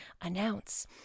announce